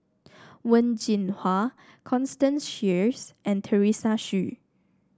Wen Jinhua Constance Sheares and Teresa Hsu